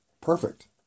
perfect